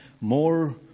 more